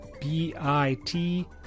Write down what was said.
b-i-t